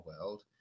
world